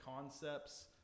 concepts